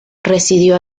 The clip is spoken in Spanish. residió